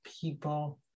people